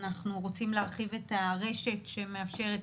אנחנו רוצים להרחיב את הרשת שמאפשרת,